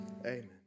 amen